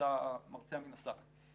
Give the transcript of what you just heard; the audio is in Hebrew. המרצע מן השק.